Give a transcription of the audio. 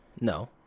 No